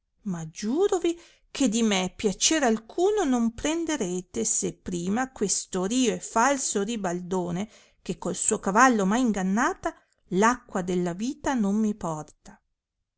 ma giurovi che di me piacer alcuno non prenderete se prima questo rio e falso ribaldone che col suo cavallo m ha ingannata acqua della vita non mi porta